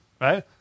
right